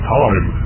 time